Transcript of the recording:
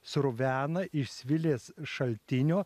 sruvena iš svilės šaltinio